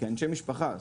כאנשי משפחה.